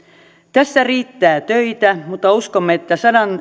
tässä riittää töitä mutta uskomme että sadankymmenentuhannen